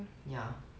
ya